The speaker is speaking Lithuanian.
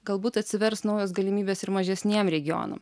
galbūt atsivers naujos galimybės ir mažesniem regionam